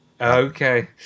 Okay